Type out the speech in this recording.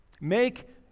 Make